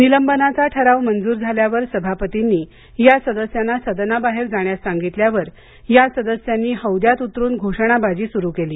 निलंबनाचा ठराव मंजूर झाल्यावर सभापतींनी या सदस्यांना सदनाबाहेर जाण्यास सांगितल्यावर या सदस्यांनी हौद्यात उतरून घोषणाबाजी सुरू केली